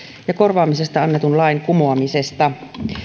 ja korvaamisesta annetun lain kumoamisesta